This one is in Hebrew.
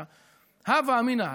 על ההווה אמינא,